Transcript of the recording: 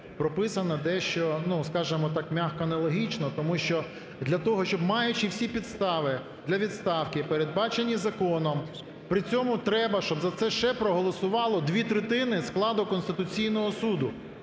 прописана дещо, ну скажемо так м'яко, нелогічно. Тому що для того, щоб, маючи всі підстави для відставки, передбачені законом, при цьому треба, щоб за це ще проголосувало дві третини складу Конституційного Суду.